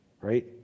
right